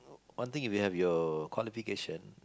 one thing if you have your qualification